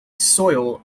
soil